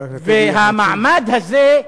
והמעמד הזה,